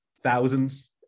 thousands